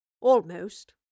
Almost